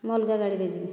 ମୁଁ ଅଲଗା ଗାଡ଼ିରେ ଯିବି